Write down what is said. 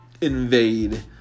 invade